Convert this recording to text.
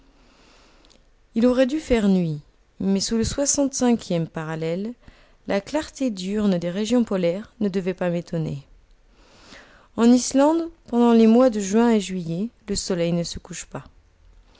il aurait dû faire nuit mais sous le soixante cinquième parallèle la clarté diurne des régions polaires ne devait pas m'étonner en islande pendant les mois de juin et juillet le soleil ne se couche pas